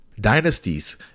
Dynasties